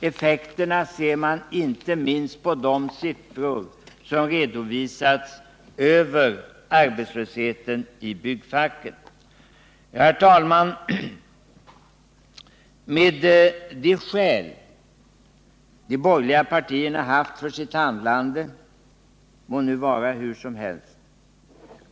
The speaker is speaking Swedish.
Effekterna ser man inte minst på de siffror som redovisats över arbetslösheten i byggfacken. Herr talman! Med de skäl de borgerliga partierna haft för sitt handlande må nu vara hur som helst.